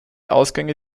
ausgänge